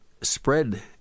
spread